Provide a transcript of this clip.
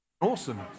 awesome